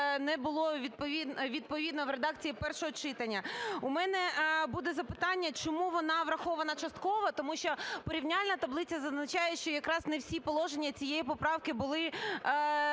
не було відповідно в редакції першого читання. У мене буде запитання. Чому вона врахована частково? Тому що порівняльна таблиця зазначає, що якраз не всі положення цієї поправки були